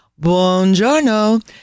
buongiorno